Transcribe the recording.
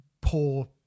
poor